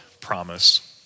promise